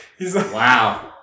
Wow